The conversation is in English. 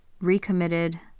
Recommitted